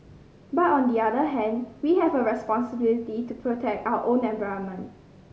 but on the other hand we have a responsibility to protect our own environment